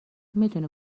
میتونی